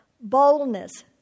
boldness